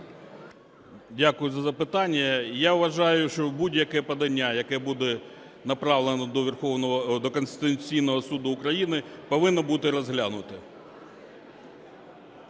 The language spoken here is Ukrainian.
Дякую за запитання. Я вважаю, що будь-яке подання, яке буде направлено до Конституційного Суду України, повинно бути розглянуте.